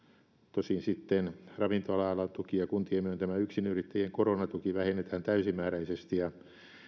tosin sitten ravintola alan tuki ja kuntien myöntämä yksinyrittäjien koronatuki vähennetään täysimääräisesti ja